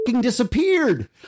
disappeared